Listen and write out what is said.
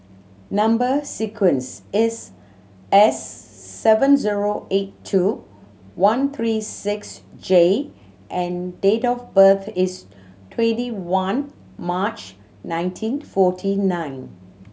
number sequence is S seven zero eight two one three six J and date of birth is twenty one March nineteen forty nine